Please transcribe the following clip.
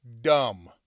dumb